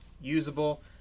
usable